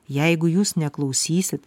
jeigu jūs neklausysit